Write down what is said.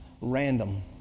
random